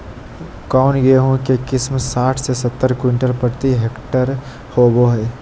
कौन गेंहू के किस्म साठ से सत्तर क्विंटल प्रति हेक्टेयर होबो हाय?